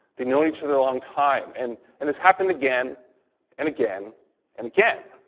they'd known each other a long time, and and this happened again and again and again,